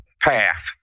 path